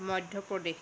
Madhya Pradesh